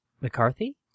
McCarthy